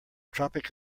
tropic